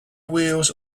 wheels